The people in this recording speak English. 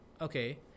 okay